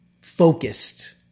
focused